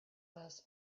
glass